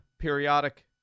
periodic